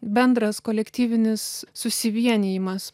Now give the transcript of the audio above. bendras kolektyvinis susivienijimas